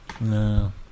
No